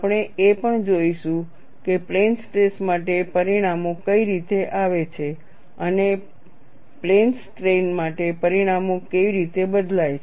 આપણે એ પણ જોઈશું કે પ્લેન સ્ટ્રેસ માટે પરિણામો કઈ રીતે આવે છે અને પ્લેન સ્ટ્રેઈન માટે પરિણામો કેવી રીતે બદલાય છે